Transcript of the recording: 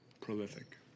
prolific